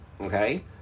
Okay